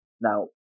Now